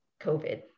COVID